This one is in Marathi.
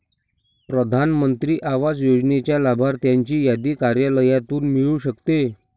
प्रधान मंत्री आवास योजनेच्या लाभार्थ्यांची यादी कार्यालयातून मिळू शकते